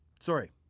Sorry